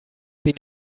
been